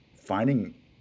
finding